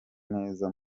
neza